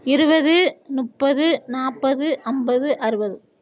இருபது முப்பது நாற்பது ஐம்பது அறுபது